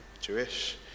Jewish